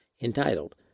entitled